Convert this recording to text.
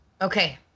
Okay